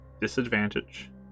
disadvantage